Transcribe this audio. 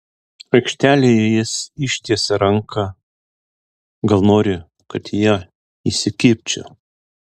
aikštelėje jis ištiesia ranką gal nori kad į ją įsikibčiau